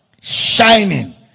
Shining